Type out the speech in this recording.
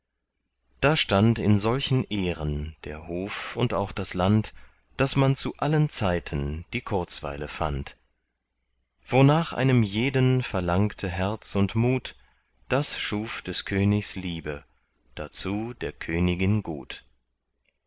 da stand in solchen ehren der hof und auch das land daß man zu allen zeiten die kurzweile fand wonach einem jedem verlangte herz und mut das schuf des königs liebe dazu der königin gut